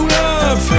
love